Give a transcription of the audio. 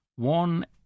One